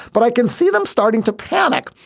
but i can see them starting to panic.